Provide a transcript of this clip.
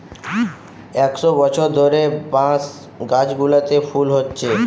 একশ বছর ধরে বাঁশ গাছগুলোতে ফুল হচ্ছে